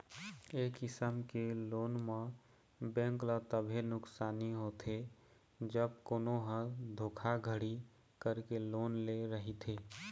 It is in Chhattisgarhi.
ए किसम के लोन म बेंक ल तभे नुकसानी होथे जब कोनो ह धोखाघड़ी करके लोन ले रहिथे